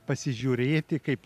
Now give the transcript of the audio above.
pasižiūrėti kaip